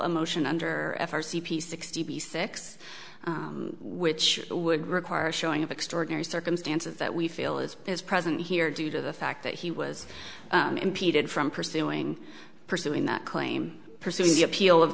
a motion under f r c p sixty six which would require a showing of extraordinary circumstances that we feel it is present here due to the fact that he was impeded from pursuing pursuing that claim pursuing the appeal of